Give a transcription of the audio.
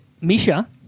Misha